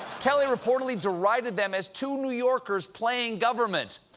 kelly reportedly derided them as two new yorkers playing government.